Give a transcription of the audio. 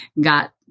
got